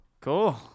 Cool